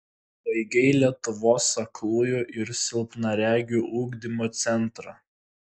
baigei lietuvos aklųjų ir silpnaregių ugdymo centrą